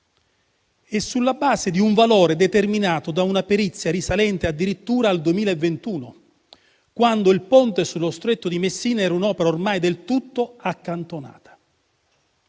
e sulla base di un valore determinato da una perizia risalente addirittura al 2021, quando il Ponte sullo Stretto di Messina era un'opera ormai del tutto accantonata.